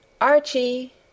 Archie